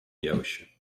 явище